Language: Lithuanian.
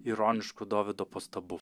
ironiškų dovydo pastabų